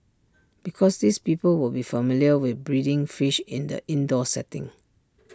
because these people will be familiar with breeding fish in the indoor setting